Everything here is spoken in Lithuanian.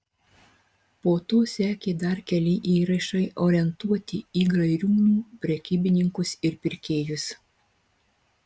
po to sekė dar keli įrašai orientuoti į gariūnų prekybininkus ir pirkėjus